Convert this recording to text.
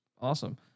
awesome